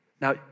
Now